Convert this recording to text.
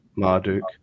Marduk